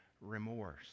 remorse